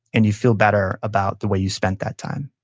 and you feel better about the way you spent that time